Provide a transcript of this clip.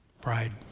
Pride